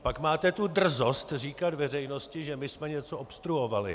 Pak máte tu drzost říkat veřejnosti, že my jsme něco obstruovali.